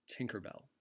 Tinkerbell